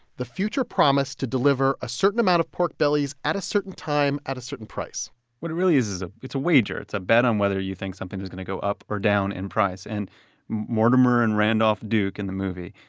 the future promise to deliver a certain amount of pork bellies at a certain time at a certain price what it really is, is it's a wager. it's a bet on whether you think something is going to go up or down in price and mortimer and randolph duke in the movie,